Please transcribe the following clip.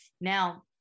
Now